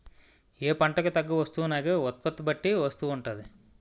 ఏ పంటకు తగ్గ వస్తువునాగే ఉత్పత్తి బట్టి వస్తువు ఉంటాది